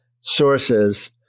sources